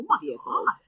vehicles